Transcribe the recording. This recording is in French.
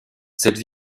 cette